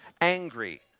angry